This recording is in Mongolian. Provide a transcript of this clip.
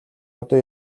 одоо